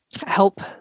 help